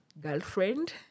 girlfriend